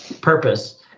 purpose